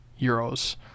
euros